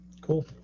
cool